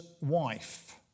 wife